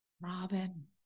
Robin